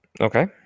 Okay